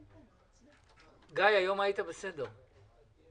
גיא, היום היית בסדר.